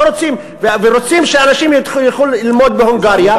רוצים שאנשים ילכו ללמוד בהונגריה,